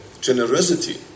generosity